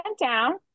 down